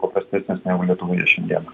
paprastesnis negu lietuvoje šiandieną